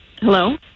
Hello